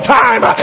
time